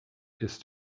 his